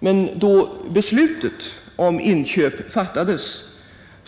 Men då beslutet om inköp fattades